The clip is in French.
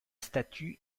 statue